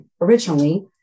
originally